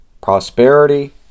prosperity